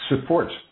support